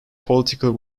political